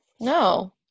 No